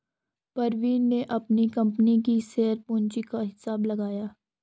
प्रवीण ने अपनी कंपनी की शेयर पूंजी का हिसाब लगाया